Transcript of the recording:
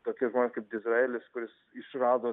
tokie žmonės kaip dizaelis kuris išrado